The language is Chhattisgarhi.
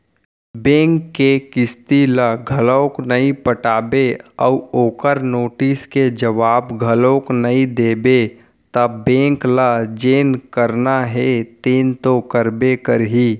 बेंक के किस्ती ल घलोक नइ पटाबे अउ ओखर नोटिस के जवाब घलोक नइ देबे त बेंक ल जेन करना हे तेन तो करबे करही